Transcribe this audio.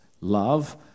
love